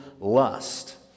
lust